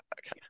Okay